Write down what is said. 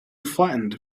flattened